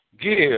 give